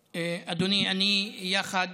אדוני, אני, יחד